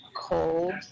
cold